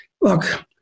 Look